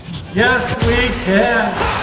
yes we can!